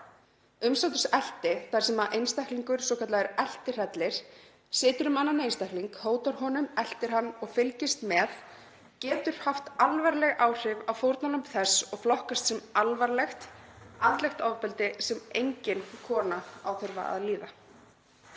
Umsáturseinelti, þar sem einstaklingur, svokallaður eltihrellir, situr um annan einstakling, hótar honum, eltir hann og fylgist með, getur haft alvarleg áhrif á fórnarlömb þess, flokkast sem alvarlegt andlegt ofbeldi sem engin kona á að þurfa að líða.